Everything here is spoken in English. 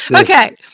Okay